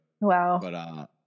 wow